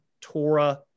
Torah